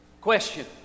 Question